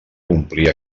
complir